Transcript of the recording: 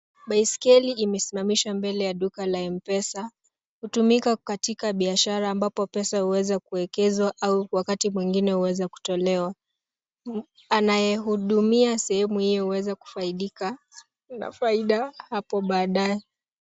Baiskeli imesimamishwa mbele ya duka la M-Pesa. Hutumika katika biashara ambapo pesa huweza kuwekezwa au wakati mwingine huweza kutolewa. Anayehudumia sehemu hiyo huweza kufaidika na faida hapo baadae.